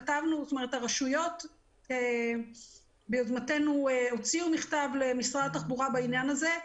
הרשויות ביוזמתנו הוציאו מכתב למשרד התחבורה בעניין הזה.